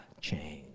change